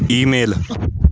email